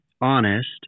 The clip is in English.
honest